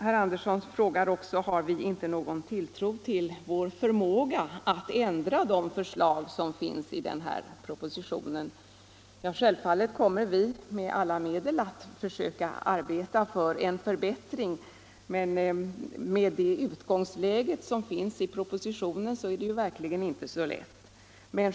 Herr Andersson frågar också om vi inte har någon tilltro till vår förmåga att ändra de förslag som framförs i propositionen. Ja, självfallet kommer vi med alla medel att försöka arbeta för en förbättring, men med det utgångsläge som propositionen innebär är det verkligen inte så lätt.